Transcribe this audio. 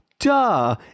duh